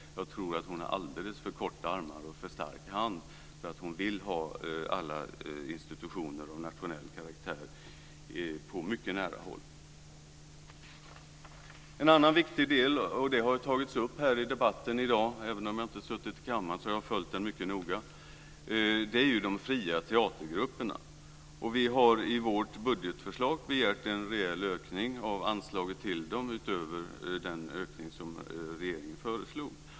Jag tror att hon har alldeles för korta armar och för stark hand, för hon vill ha alla institutioner av nationell karaktär på mycket nära håll. En annan viktig del som har tagits upp i debatten här i dag - även om jag inte suttit i kammaren har jag följt den mycket noga - är de fria teatergrupperna. Vi har i vårt budgetförslag begärt en rejäl ökning av anslaget till dem utöver den ökning som regeringen föreslår.